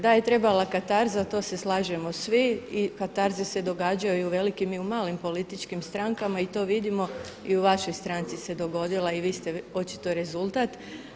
Da je trebala kartaza to se slažemo svi i kartaze se događaju i u velikim i u malim političkim strankama i to vidimo i u vašoj stranci se dogodila i vi ste očito rezultat.